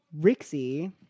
Rixie